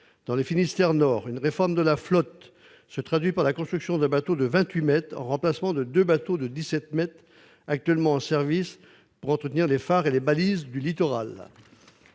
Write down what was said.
Dans le Finistère nord, la réforme de la flotte se traduit ainsi par la construction d'un bateau de vingt-huit mètres en remplacement des deux bateaux de dix-sept mètres actuellement en service pour entretenir les phares et les balises du littoral.